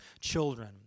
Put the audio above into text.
children